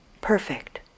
perfect